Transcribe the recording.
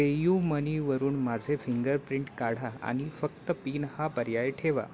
पेयूमनीवरून माझे फिंगरप्रिंट काढा आणि फक्त पिन हा पर्याय ठेवा